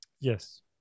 yes